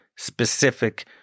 specific